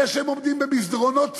זה שהם עומדים במסדרונות צרים,